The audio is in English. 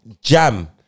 Jam